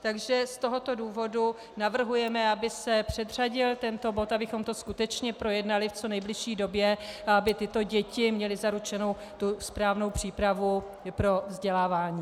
Takže z tohoto důvodu navrhujeme, aby se předřadil tento bod, abychom to skutečně projednali v co nejbližší době, aby tyto děti měly zaručenou tu správnou přípravu i pro vzdělávání.